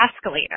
escalator